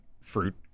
fruit